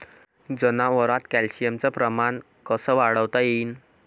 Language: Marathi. जनावरात कॅल्शियमचं प्रमान कस वाढवता येईन?